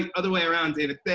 and other way around david, there